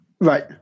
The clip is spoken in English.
Right